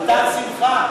לחתן השמחה.